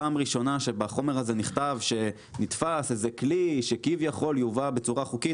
פעם ראשונה שבחומר הזה נכתב שנתפס איזה כלי שכביכול יובא בצורה חוקית.